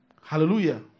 Hallelujah